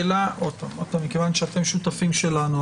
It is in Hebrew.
מכיוון שאתם שותפים שלנו,